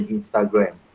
Instagram